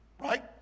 Right